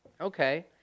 Okay